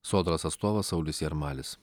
sodros atstovas saulius jarmalis